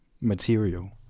material